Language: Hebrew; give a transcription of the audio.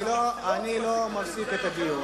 אני לא מפסיק את הדיון.